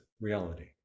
reality